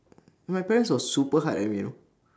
my parents were super hard at me you know